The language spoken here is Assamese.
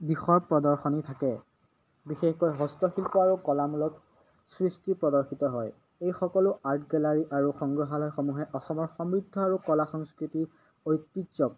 দিশৰ প্ৰদৰ্শনী থাকে বিশেষকৈ হস্তশিল্প আৰু কলামূলক সৃষ্টি প্ৰদৰ্শিত হয় এই সকলো আৰ্ট গেলাৰী আৰু সংগ্ৰহালয়সমূহে অসমৰ সমৃদ্ধ আৰু কলা সংস্কৃতিৰ ঐতিহ্যক